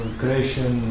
creation